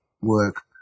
work